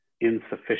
insufficient